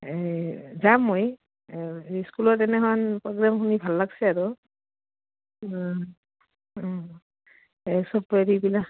এই যাম মই স্কুলত এনেখন প্ৰগ্ৰেম শুনি ভাল লাগছে আৰু এই